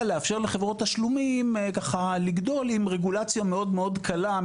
לאפשר לחברות תשלומים ככה לגדול עם רגולציה מאוד מאוד קלה,